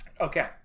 Okay